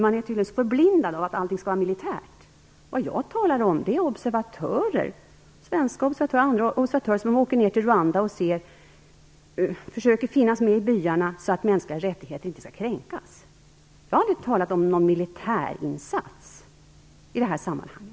Man är tydligen förblindad av att allting skall vara militärt. Vad jag talar om är observatörer - svenska och andra - som åker ner till Rwanda och försöker finnas med i byarna så att de mänskliga rättigheterna inte kränks. Jag har aldrig talat om någon militärinsats i detta sammanhang.